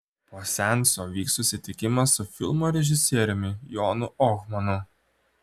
po seanso vyks susitikimas su filmo režisieriumi jonu ohmanu